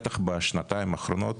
בטח בשנתיים האחרונות,